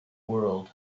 world